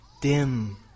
dim